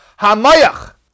Hamayach